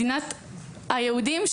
מדינת היהודים,